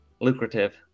lucrative